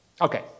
Okay